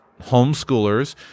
homeschoolers